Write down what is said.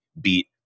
beat